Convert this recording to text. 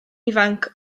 ifanc